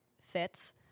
fits